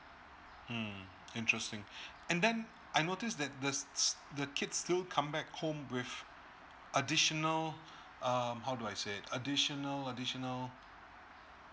mm interesting and then I noticed that the kids still come back home with additional um how do I say additional additional